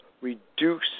reduce